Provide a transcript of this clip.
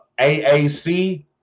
AAC